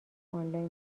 آنلاین